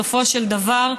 בסופו של דבר,